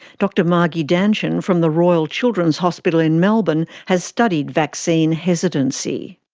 dr margie danchin from the royal children's hospital in melbourne has studied vaccine hesitancy.